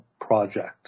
project